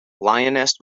lioness